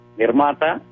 nirmata